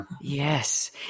Yes